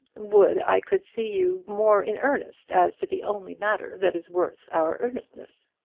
would i could see you more in earnest as to the only matter that is worth our earnestness.